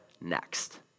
next